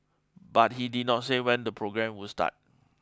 but he did not say when the programme would start